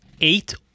eight